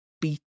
beat